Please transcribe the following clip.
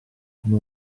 come